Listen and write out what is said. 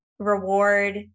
Reward